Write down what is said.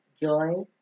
joy